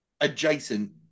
adjacent